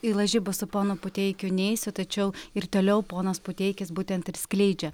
į lažybas su ponu puteikiu neisiu tačiau ir toliau ponas puteikis būtent ir skleidžia